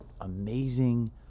amazing